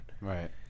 Right